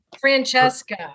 Francesca